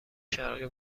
شرقی